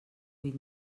huit